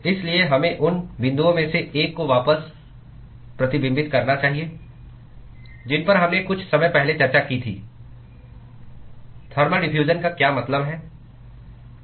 इसलिए हमें उन बिंदुओं में से एक को वापस प्रतिबिंबित करना चाहिए जिन पर हमने कुछ समय पहले चर्चा की थी थर्मल डिफ्यूजन का क्या मतलब है